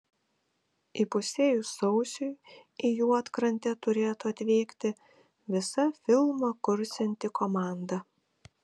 įpusėjus sausiui į juodkrantę turėtų atvykti visa filmą kursianti komanda